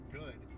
good